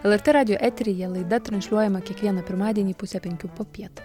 lrt radijo eteryje laida transliuojama kiekvieną pirmadienį pusę penkių popiet